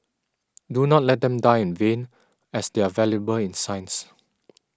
do not let them die in vain as they are valuable in science